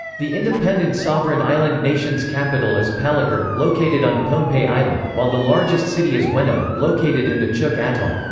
the independent sovereign island nations capital is palikir, located on pohnpei island, while the largest city is weno, located in the chuuk atoll.